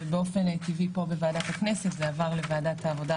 ובאופן טבעי פה בוועדת הכנסת זה עבר לוועדת העבודה,